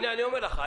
הנה אני אומר לך.